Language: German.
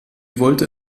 wollte